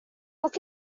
look